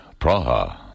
Praha